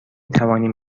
توانیم